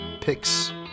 picks